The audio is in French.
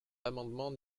l’amendement